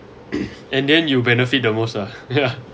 and then you'll benefit the most ah ya